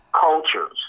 cultures